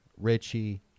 Richie